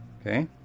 Okay